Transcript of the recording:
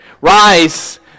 rise